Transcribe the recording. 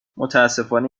متاسفانه